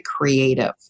creative